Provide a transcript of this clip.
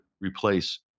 replace